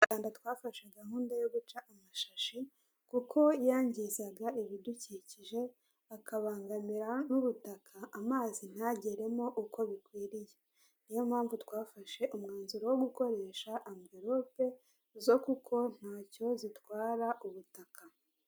U Rwanda twafashe gahunda yo guca amashashi kuko yangizaga ibidukikije akabangamira n'ubutaka, amazi ntageremo uko bikwiriye ni yo mpamvu twafashe umwanzuro wo gukoresha amvelope, zo kuko ntacyo zitwara ubutaka.